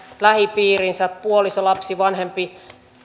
lähipiirinsä puoliso lapsi vanhempi